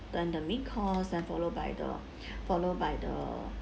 then the main course then follow by the follow by the